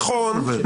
נכון,